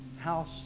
house